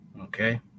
Okay